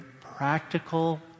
practical